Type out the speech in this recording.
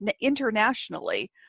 internationally